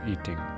eating